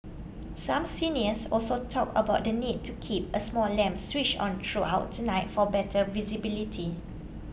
some seniors also talked about the need to keep a small lamp switched on throughout the night for better visibility